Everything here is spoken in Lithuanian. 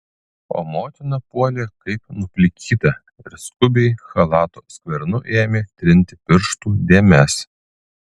o motina puolė kaip nuplikyta ir skubiai chalato skvernu ėmė trinti pirštų dėmes